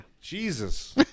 jesus